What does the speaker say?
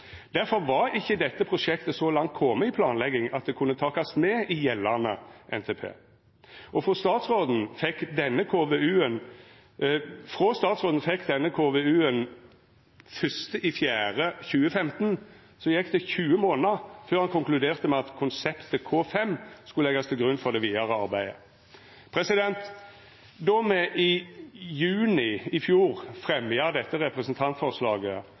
var ikkje dette prosjektet så langt kome i planlegginga at det kunne takast med i gjeldande NTP. Og frå statsråden fekk denne KVU-en den 1. april 2015 gjekk det 20 månader før han konkluderte med at konseptet K5 skulle leggjast til grunn for det vidare arbeidet. Då me i juni i fjor fremja dette representantforslaget,